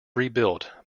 rebuilt